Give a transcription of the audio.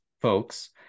folks